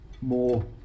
more